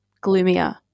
gloomier